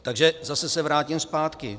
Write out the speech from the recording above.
Takže zase se vrátím zpátky.